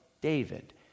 David